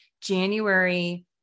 January